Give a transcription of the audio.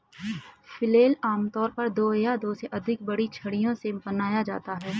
flail आमतौर पर दो या दो से अधिक बड़ी छड़ियों से बनाया जाता है